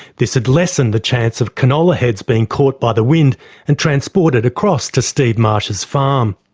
this would lesson the chance of canola heads being caught by the wind and transported across to steve marsh's farm.